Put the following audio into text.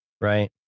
Right